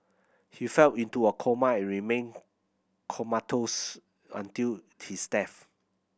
he fell into a coma and remained comatose until his death